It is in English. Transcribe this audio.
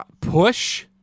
Push